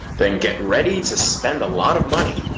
then get ready to spend a lot of money.